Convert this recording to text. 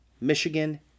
Michigan